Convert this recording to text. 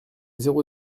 zéro